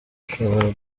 ashobora